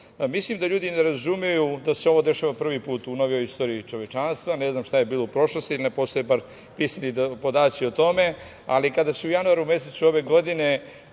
Mislim da ljudi ne razumeju da se ovo dešava prvi put u novijoj istoriji čovečanstva. Ne znam šta je bilo u prošlosti, bar ne postoje pismeni podaci o tome, ali kada se u januaru mesecu ove godine